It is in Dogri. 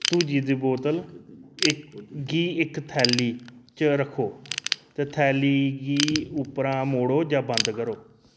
धुची दी बोतल इक गी इक थैली च रक्खो ते थैली गी उप्परा मोड़ो जां बंद करो